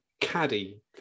caddy